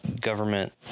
government